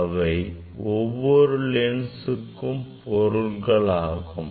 அவை ஒவ்வொன்றும் லென்ஸ்க்கு பொருட்களாகும்